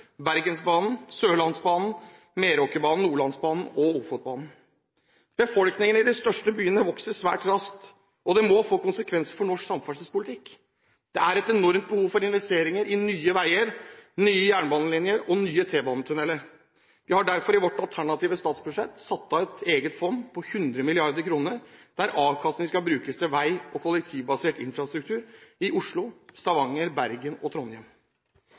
Bergensbanen, Sørlandsbanen, Meråkerbanen, Nordlandsbanen og Ofotbanen. Befolkningen i de største byene vokser svært raskt, og det må få konsekvenser for norsk samferdselspolitikk. Det er et enormt behov for investeringer i nye veier, nye jernbanelinjer og nye T-banetunneler. Vi har derfor i vårt alternative statsbudsjett satt av et eget fond på 100 mrd. kr der avkastningen skal brukes til vei- og kollektivbasert infrastruktur i Oslo, Stavanger, Bergen og Trondheim.